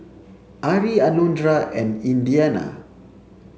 Ari Alondra and Indiana